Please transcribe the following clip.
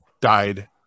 died